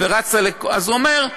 אז הוא אמר: